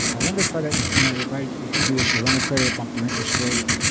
now lender credits, you know, if i mean if we do issue a lender credit, bump your interest rate,